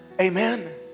Amen